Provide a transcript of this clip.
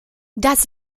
das